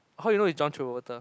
how you know is John Travolta